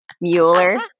Mueller